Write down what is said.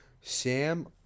Sam